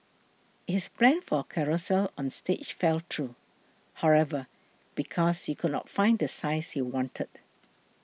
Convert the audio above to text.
his plan for a carousel on stage fell through however because he could not find the size he wanted